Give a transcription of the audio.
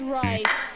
right